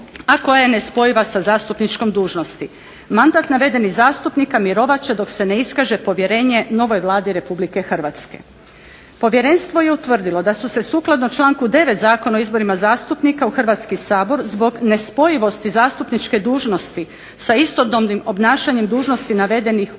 a koja je nespojiva sa zastupničkom dužnosti. Mandat navedenih zastupnika mirovat će dok se ne iskaže povjerenje novoj Vladi Republike Hrvatske. Povjerenstvo je utvrdilo da su se sukladno članku 9. Zakona o izborima zastupnika u Hrvatski sabor zbog nespojivosti zastupničke dužnosti sa istodobnim obnašanjem dužnosti navedenih u